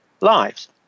lives